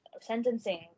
sentencing